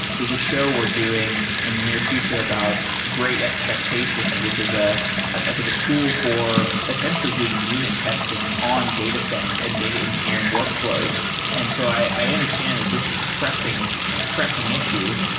there's a show we're doing in the near future about great expectations, which is ah i think a tool for essentially doing unit testing on datasets and data engineering workfl ows. and so i understand that this is pressing pressing issue.